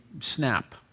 snap